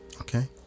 okay